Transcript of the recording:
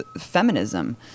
feminism